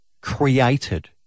created